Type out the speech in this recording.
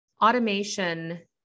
automation